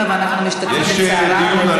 אנחנו משתתפים בצערם.